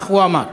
כך הוא אמר.